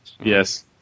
yes